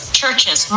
churches